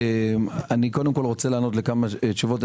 קודם כל רוצה לענות כמה תשובות.